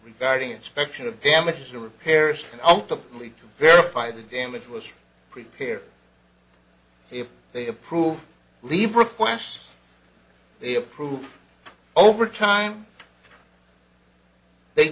regarding inspection of damages or repairs and ultimately to verify the damage was prepared if they approve leave requests they approve overtime they